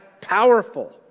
powerful